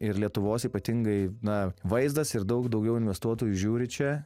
ir lietuvos ypatingai na vaizdas ir daug daugiau investuotojų žiūri čia